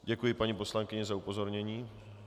Děkuji paní poslankyni za upozornění.